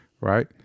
right